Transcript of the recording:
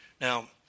Now